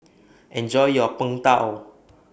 Enjoy your Png Tao